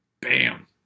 Bam